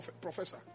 professor